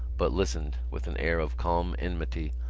but listened, with an air of calm enmity,